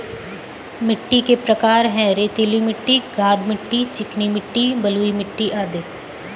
मिट्टी के प्रकार हैं, रेतीली मिट्टी, गाद मिट्टी, चिकनी मिट्टी, बलुई मिट्टी अदि